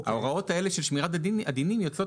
ההוראות האלה של שמירת הדינים יוצאות